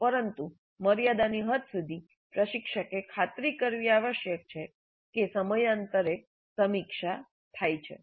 પરંતુ મર્યાદાની હદ સુધી પ્રશિક્ષકે ખાતરી કરવી આવશ્યક છે કે સમયાંતરે સમીક્ષા થાય છે